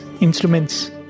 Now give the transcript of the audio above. instruments